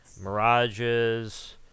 mirages